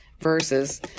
verses